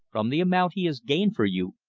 from the amount he has gained for you,